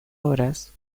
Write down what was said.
obras